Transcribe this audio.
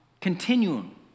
continuum